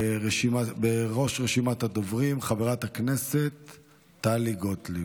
בראש רשימת הדוברים חברת הכנסת טלי גוטליב.